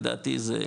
לדעתי זה,